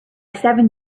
seven